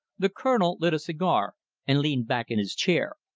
the colonel lit a cigar and leaned back in his chair.